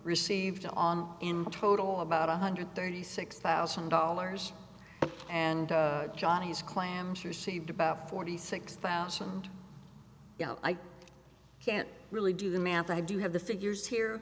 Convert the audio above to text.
received on in total about one hundred thirty six thousand dollars and johnny's clams received about forty six thousand i can't really do the math i do have the figures here